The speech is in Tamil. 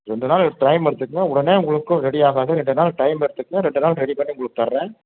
ரெண்டு நாள் டைம் எடுத்துக்கங்க உடனே உங்களுக்கு ரெடி ஆகாது ரெண்டு நாள் டைம் எடுத்துக்கங்க ரெண்டுநாளில் ரெடி பண்ணி உங்களுக்கு தர்றேன்